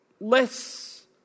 less